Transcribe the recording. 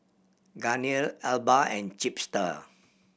Garnier Alba and Chipster